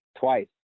twice